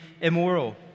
immoral